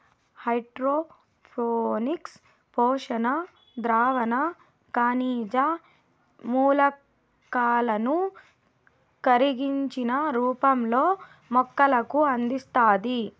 hydroponics పోషక ద్రావణం ఖనిజ మూలకాలను కరిగించిన రూపంలో మొక్కలకు అందిస్తాది